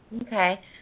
Okay